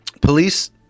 police